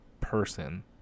Person